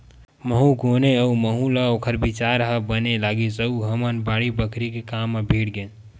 महूँ गुनेव अउ महूँ ल ओखर बिचार ह बने लगिस अउ हमन बाड़ी बखरी के काम म भीड़ गेन